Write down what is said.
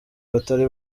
batari